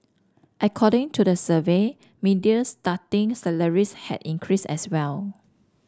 according to the survey median starting salaries had increased as well